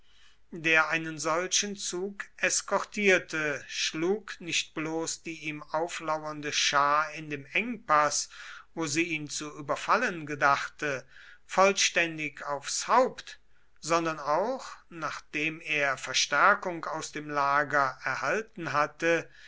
der einen solchen zug eskortierte schlug nicht bloß die ihm auflauernde schar in dem engpaß wo sie ihn zu überfallen gedachte vollständig aufs haupt sondern auch nachdem er verstärkung aus dem lager erhalten hatte